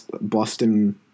Boston